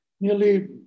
nearly